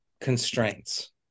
constraints